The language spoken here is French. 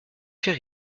fait